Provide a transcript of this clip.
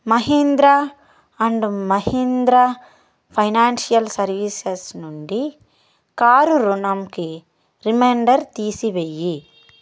Mahindra and Mahindra Financial Services నుండి car రుణంకి reminder తీసి వెయ్యి